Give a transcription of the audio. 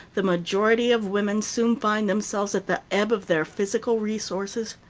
the majority of women soon find themselves at the ebb of their physical resources.